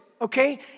okay